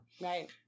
Right